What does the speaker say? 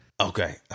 Okay